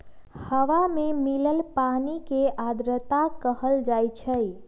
हवा में मिलल पानी के आर्द्रता कहल जाई छई